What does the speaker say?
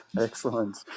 Excellent